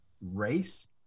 race